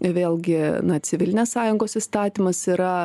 vėlgi na civilinės sąjungos įstatymas yra